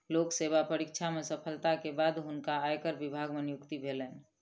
लोक सेवा परीक्षा में सफलता के बाद हुनका आयकर विभाग मे नियुक्ति भेलैन